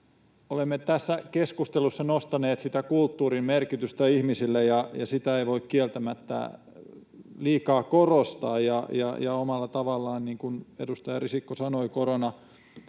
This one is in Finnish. Olemme tässä keskustelussa nostaneet kulttuurin merkitystä ihmisille. Sitä ei voi kieltämättä liikaa korostaa. Omalla tavallaan, niin kuin edustaja Risikko sanoi, korona teki